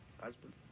Husband